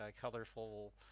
colorful